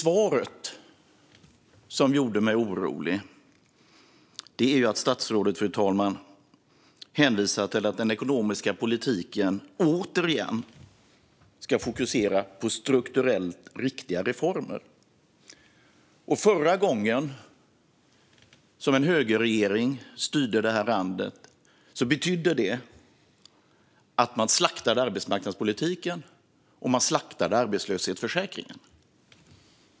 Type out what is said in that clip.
Det som gör mig orolig i svaret, fru talman, är att statsrådet hänvisar till att den ekonomiska politiken återigen ska fokusera på strukturellt riktiga reformer. Förra gången en högerregering styrde detta land betydde det att man slaktade arbetsmarknadspolitiken och arbetslöshetsförsäkringen.